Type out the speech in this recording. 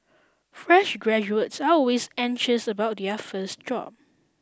fresh graduates are always anxious about their first job